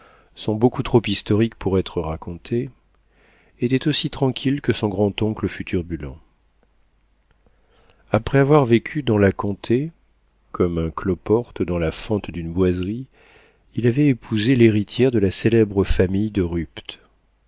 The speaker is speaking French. sont beaucoup trop historiques pour être racontées était aussi tranquille que son grand-oncle fut turbulent après avoir vécu dans la comté comme un cloporte dans la fente d'une boiserie il avait épousé l'héritière de la célèbre famille de rupt